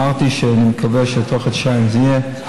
אמרתי שאני מקווה שבתוך חודשיים זה יהיה.